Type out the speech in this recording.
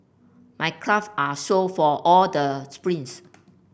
my craft are sore for all the sprints